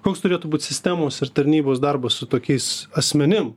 koks turėtų būt sistemos ir tarnybos darbas su tokiais asmenim